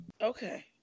Okay